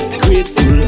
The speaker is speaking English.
grateful